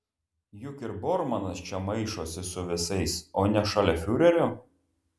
juk ir bormanas čia maišosi su visais o ne šalia fiurerio